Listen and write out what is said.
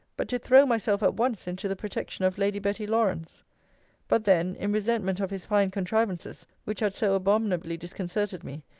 but to throw myself at once into the protection of lady betty lawrance but then, in resentment of his fine contrivances, which had so abominably disconcerted me,